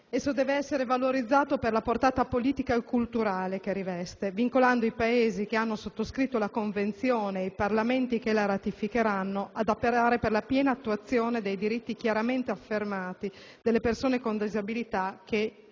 esso deve essere valorizzato per la portata politica e culturale che riveste, vincolando i Paesi che hanno sottoscritto la Convenzione e i Parlamenti che la ratificheranno ad operare per la piena attuazione dei diritti chiaramente affermati delle persone con disabilità, che